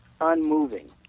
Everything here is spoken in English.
unmoving